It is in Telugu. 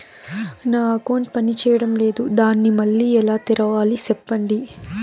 నా అకౌంట్ పనిచేయడం లేదు, దాన్ని మళ్ళీ ఎలా తెరవాలి? సెప్పండి